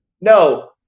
No